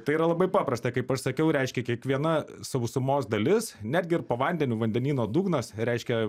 tai yra labai paprasta kaip aš sakiau reiškia kiekviena sausumos dalis netgi ir po vandeniu vandenyno dugnas reiškia